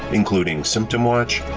including symptom watch,